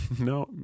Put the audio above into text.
no